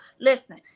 listen